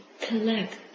collect